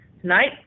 Tonight